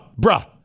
bruh